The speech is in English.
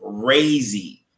Crazy